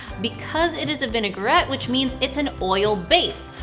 because it is a vinaigrette, which means it's an oil base.